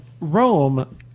Rome